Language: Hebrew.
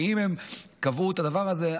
ואם הם קבעו את הדבר הזה,